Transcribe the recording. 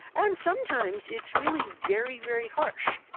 and um sometimes it's really very very harsh.